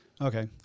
Okay